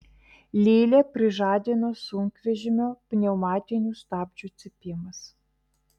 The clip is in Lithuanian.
lilę prižadino sunkvežimio pneumatinių stabdžių cypimas